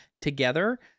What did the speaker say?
together